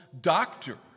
doctor